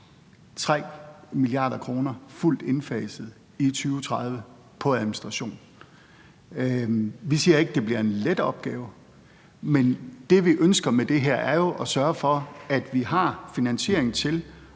3 mia. kr. fuldt indfaset i 2030 på administration. Vi siger ikke, at det bliver en let opgave, men det, vi ønsker med det her, er jo at sørge for, at vi har finansiering til